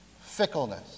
Fickleness